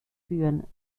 führen